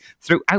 throughout